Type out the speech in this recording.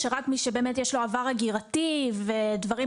בעינם גם לפני הקורונה כאשר היה פטור מאשרות וגם היום בזמן